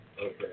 Okay